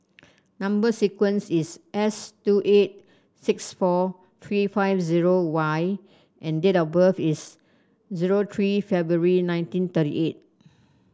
number sequence is S two eight six four three five zero Y and date of birth is zero three February nineteen thirty eight